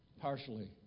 partially